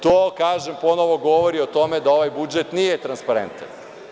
To, kažem ponovo, govori o tome da ovaj budžet nije transparentan.